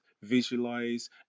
visualize